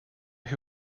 who